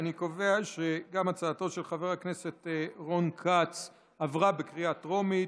אני קובע שגם הצעתו של חבר הכנסת רון כץ עברה בקריאה טרומית,